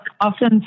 often